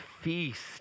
feast